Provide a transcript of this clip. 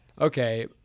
Okay